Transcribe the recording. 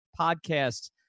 podcasts